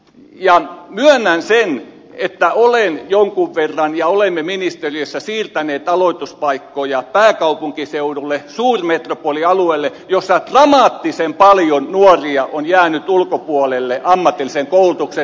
myönnän sen että olen jonkun verran siirtänyt ja olemme ministeriössä siirtäneet aloituspaikkoja pääkaupunkiseudulle suurmetropolialueelle jolla dramaattisen paljon nuoria on jäänyt ammatillisen koulutuksen ulkopuolelle